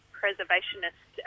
preservationist